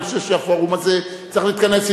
אני חושב שהפורום הזה צריך להתכנס,